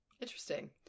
Interesting